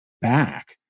back